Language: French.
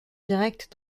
directes